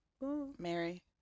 Mary